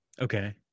Okay